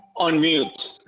on mute.